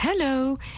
Hello